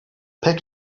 pek